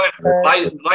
right